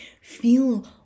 feel